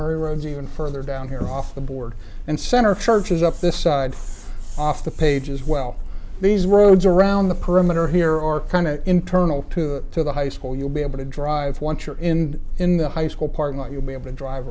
macquarie roads even further down here off the board and center charges up this side off the pages well these roads around the perimeter here are kind of internal to the high school you'll be able to drive once you're in in the high school parking lot you'll be able to drive